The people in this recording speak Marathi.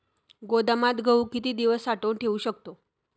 गोदामात गहू किती दिवस साठवून ठेवू शकतो?